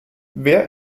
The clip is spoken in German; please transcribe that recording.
wer